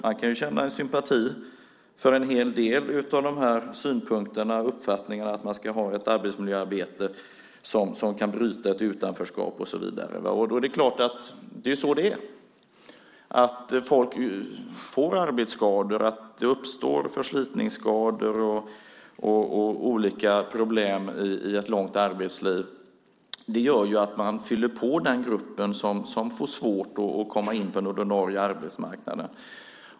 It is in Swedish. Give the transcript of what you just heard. Man kan ju känna sympati för en hel del synpunkter som till exempel att man ska ha ett arbetsmiljöarbete som kan bryta ett utanförskap. Så är det ju. Folk får arbetsskador. Det uppstår förslitningsskador och olika problem i ett långt arbetsliv. Det gör att man fyller på den grupp som får svårt att komma in på den ordinarie arbetsmarknaden.